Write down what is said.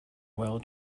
well